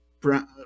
brown